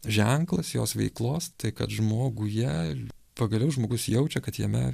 ženklas jos veiklos tai kad žmoguje pagaliau žmogus jaučia kad jame